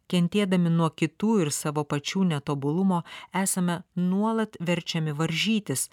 kentėdami nuo kitų ir savo pačių netobulumo esame nuolat verčiami varžytis